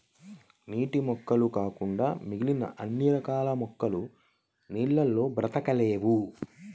నీటి మొక్కలు కాకుండా మిగిలిన అన్ని రకాల మొక్కలు నీళ్ళల్లో బ్రతకలేవు